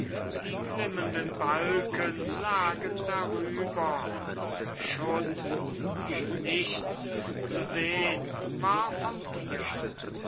die glimmenden balken lagen darüber und schutt und nichts zu sehn war vom tiere